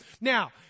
Now